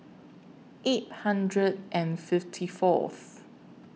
eight hundred and fifty Fourth